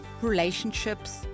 relationships